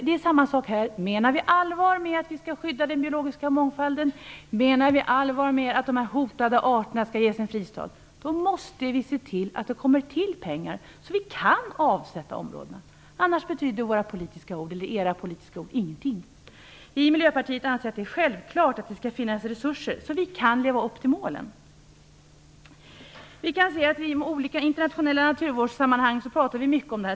Samma sak gäller här: Menar vi allvar med att vi skall skydda den biologiska mångfalden och att de hotade arterna skall ges en fristad, måste vi se till att pengar kommer till så att områdena kan avsättas. Annars betyder politiska ord ingenting. Vi i Mijöpartiet anser att det är självklart att det skall finnas resurser så att det går att leva upp till målen. I olika internationella naturvårdssammanhang pratas det mycket om det här.